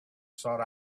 sought